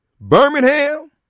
Birmingham